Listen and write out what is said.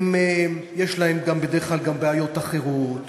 יש להם בדרך כלל גם בעיות אחרות.